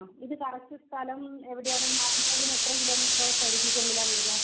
ആ ഇത് കറക്റ്റ് സ്ഥലം എവിടെയാണ് മാനന്തവാടിയിൽ നിന്ന് എത്ര കിലോമീറ്റർ പരിധിക്കുള്ളിലാണ് വരുന്നേ